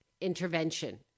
intervention